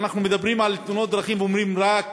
אנחנו מדברים על תאונות דרכים ואומרים: "רק"